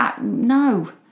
no